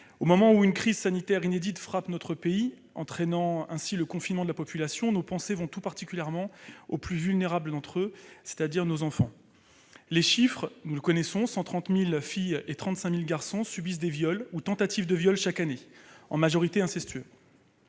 Au moment où une crise sanitaire inédite frappe notre pays, entraînant ainsi le confinement de la population, nos pensées vont tout particulièrement aux plus vulnérables : nos enfants. Les chiffres, nous les connaissons : 130 000 filles et 35 000 garçons subissent des viols ou des tentatives de viols chaque année, en majorité incestueux